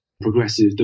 progressive